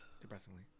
Depressingly